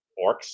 Orcs